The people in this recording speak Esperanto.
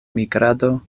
migrado